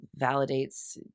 validates